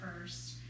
first